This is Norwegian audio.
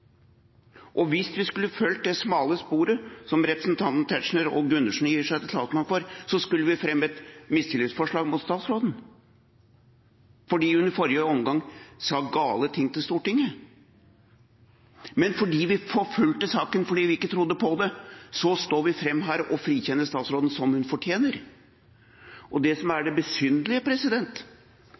saken. Hvis vi skulle fulgt det smale sporet, som representantene Tetzschner og Gundersen gjør seg til talsmenn for, skulle vi ha fremmet mistillitsforslag mot statsråden fordi hun i forrige omgang sa gale ting til Stortinget. Men fordi vi forfulgte saken, fordi vi ikke trodde på det, står vi fram her og frikjenner statsråden, slik hun fortjener. Det som er det besynderlige